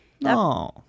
No